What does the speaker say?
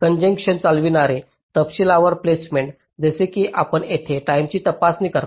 कॉन्जेन्शन्स चालविणारे तपशीलवार प्लेसमेंट जसे की आपण येथे टाईमेची तपासणी करता